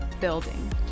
building